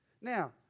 now